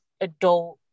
adult